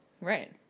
right